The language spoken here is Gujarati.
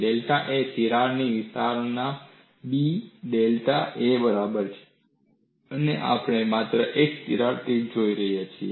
ડેલ્ટા A એ તિરાડ વિસ્તરણના B થી ડેલ્ટા A માં બરાબર છે અને આપણે માત્ર એક તિરાડ ટિપ જોઈ રહ્યા છીએ